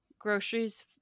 Groceries